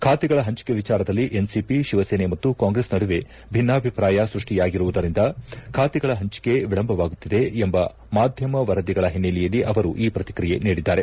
ಖಾತೆಗಳ ಪಂಚಿಕೆ ವಿಚಾರದಲ್ಲಿ ಎನ್ಸಿಪಿ ಶಿವಸೇನೆ ಮತ್ತು ಕಾಂಗ್ರೆಸ್ ನಡುವೆ ಭಿನ್ನಾಭಿಪ್ರಾಯ ಸ್ಪಷ್ಟಿಯಾಗಿರುವುದರಿಂದ ಖಾತೆಗಳ ಹಂಚಿಕೆ ವಿಳಂಬವಾಗುತ್ತಿದೆ ಎಂಬ ಮಾಧ್ಯಮ ವರದಿಗಳ ಹಿನ್ನೆಲೆಯಲ್ಲಿ ಅವರು ಈ ಪ್ರಕ್ರಿಯೆ ನೀಡಿದ್ಲಾರೆ